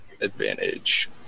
Advantage